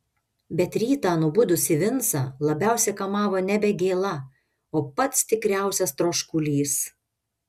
bet rytą nubudusį vincą labiausiai kamavo nebe gėla o pats tikriausias troškulys